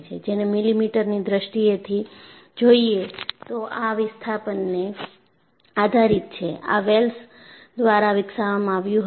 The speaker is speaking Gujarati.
તેને મિલીમીટરની દ્રષ્ટિએથી જોઈએ તો આ વિસ્થાપનને આધારિત છે આ વેલ્સ દ્વારા વિકસાવવામાં આવ્યું હતું